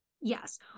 Yes